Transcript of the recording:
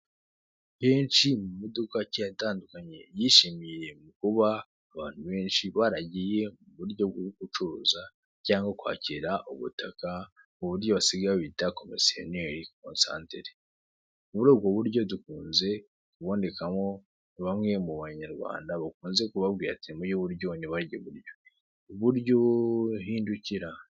Henshi mu modoka akeye atandukanye yishimiye mu kuba abantu benshi baragiye mu buryo bwo gucuruza cyangwa kwakira ubutaka ku buryo basigaye bita komisiyoneri konsantere, muri ubwo buryo dukunze kubonekamo bamwe mu banyarwanda bakunze kubabwira ati mujye iburyo ntibajye iburyo, iburyo hindukira.